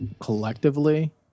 collectively